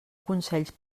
consells